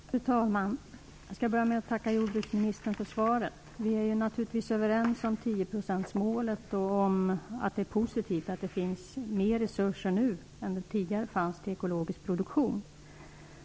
Fru talman! Jag skall börja med att tacka jordbruksministern för svaret. Vi är naturligtvis överens om tioprocentsmålet och att det är positivt att det finns mer resurser nu än tidigare till ekologisk produktion.